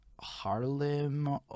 Harlem